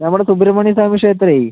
നമ്മളെ സുബ്രഹ്മണ്യസ്വാമി ക്ഷേത്രമേ